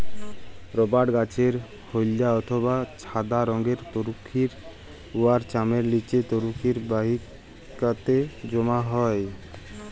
রবাট গাহাচের হইলদ্যা অথবা ছাদা রংয়ের তরুখির উয়ার চামের লিচে তরুখির বাহিকাতে জ্যমা হ্যয়